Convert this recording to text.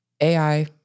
AI